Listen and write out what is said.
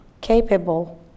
capable